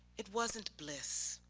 it wasn't bliss,